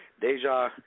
Deja